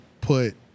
put